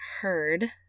heard